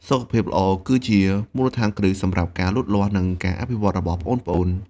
សុខភាពល្អគឺជាមូលដ្ឋានគ្រឹះសម្រាប់ការលូតលាស់ និងការអភិវឌ្ឍន៍របស់ប្អូនៗ។